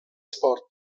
sport